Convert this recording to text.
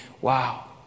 wow